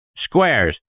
Squares